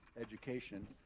education